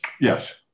Yes